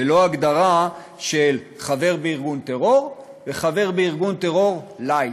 ולא הגדרה של חבר בארגון טרור וחבר בארגון טרור לייט.